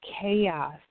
chaos